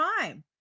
time